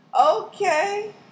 Okay